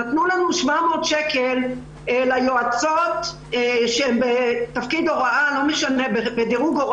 נתנו לנו 700 שקל ליועצות שהן בדירוג הוראה.